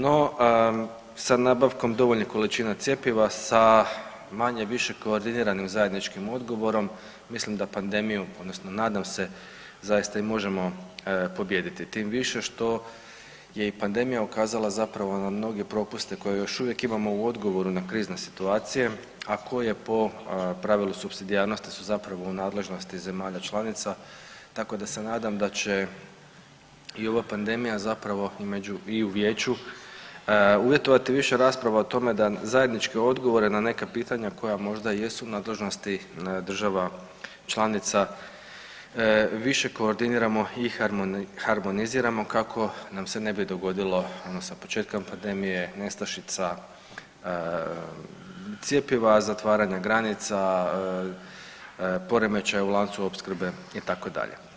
No sa nabavkom dovoljnih količina cjepiva sa manje-više koordiniranim zajedničkim odgovorom mislim da pandemiju, odnosno nadam se zaista i možemo pobijediti tim više što je i pandemija ukazala upravo na mnoge propuste koje još uvijek imamo u odgovoru na krizne situacije, a koje po pravilu supsidijarnosti su zapravo u nadležnosti zemalja članica tako da se nadam da će i ova pandemija zapravo i u vijeću uvjetovati više rasprava o tome zajedničke odgovore na neka pitanja koja možda jesu u nadležnosti država članica više koordiniramo i harmoniziramo kako nam se ne bi dogodilo odnosno početkom pandemije nestašica cjepiva, zatvaranja granica, poremećaj u lancu opskrbe itd.